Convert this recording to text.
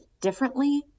differently